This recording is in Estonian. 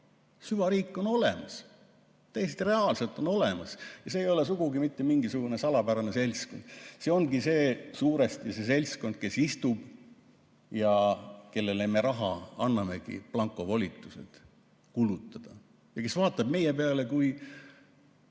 Süvariik on olemas, täiesti reaalselt on olemas ja see ei ole sugugi mitte mingisugune salapärane seltskond. See ongi suuresti see seltskond, kes istub ja kellele me annamegi raha ja blankovolitused seda kulutada ja kes vaatab meie peale kui